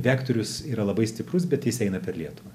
vektorius yra labai stiprus bet jis eina per lietuvą